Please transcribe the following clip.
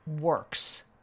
works